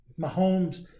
Mahomes